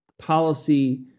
policy